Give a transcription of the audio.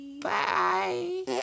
Bye